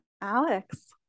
Alex